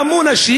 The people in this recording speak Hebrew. בעמונה,